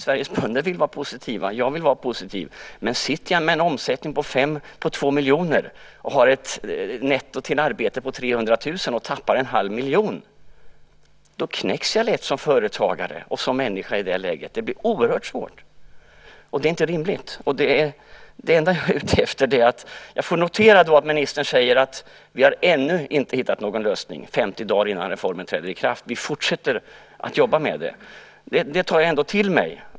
Sveriges bönder och jag vill vara positiva. Men har man en omsättning på 2 miljoner, har ett netto till arbetsförtjänst på 300 000 kr och tappar 1 miljon, då knäcks man lätt som företagare och människa i det läget. Det blir oerhört svårt, och det är inte rimligt. Jag noterar att ministern säger att man ännu inte har hittat någon lösning, 50 dagar innan reformen träder i kraft, men man fortsätter att jobba med det. Det tar jag ändå till mig.